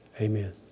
Amen